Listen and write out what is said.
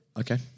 Okay